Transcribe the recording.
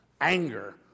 Anger